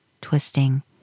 twisting